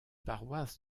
paroisse